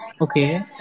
Okay